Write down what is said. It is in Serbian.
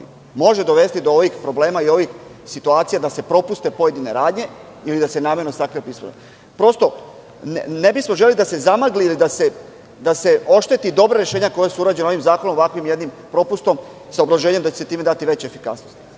može dovesti do ovih problema i ovih situacija, da se propuste pojedine radnje ili da se namerno sakrije pismeno. Ne bismo želeli da se zamagle ili da se oštete dobra rešenja koja su urađena ovim zakonom ovakvim jednim propustom, sa obrazloženjem da će se time dati veća efikasnost.